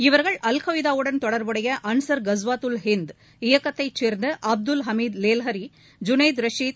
இவர்கள் அல்கொய்தாவுடன் தொடர்புடையஅன்சர் கஸ்வத உல் ஹிந்த் இயக்கத்தைச் சேர்ந்தஅப்துல் ஹமித் லெல்ஹரி ஜூனைத் ரசித்